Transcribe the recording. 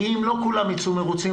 כי אם לא כולם יצאו מרוצים,